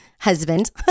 husband